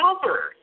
cover